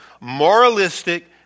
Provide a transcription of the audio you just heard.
moralistic